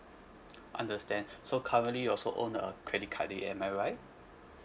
understand so currently you also own a credit card it am I right